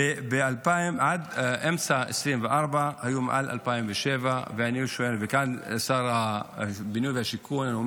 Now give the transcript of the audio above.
ועד אמצע 2024 היו מעל 2,007. שר הבינוי והשיכון כאן,